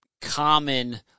common